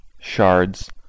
shards